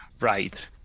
right